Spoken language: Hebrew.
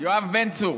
יואב בן צור,